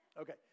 Okay